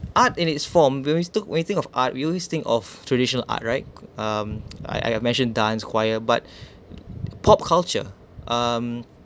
art in its form when we took when we think of art we always think of traditional art right um I I have mentioned dance choir but pop culture um